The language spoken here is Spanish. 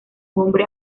hombre